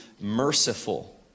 merciful